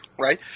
right